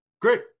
great